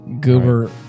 Goober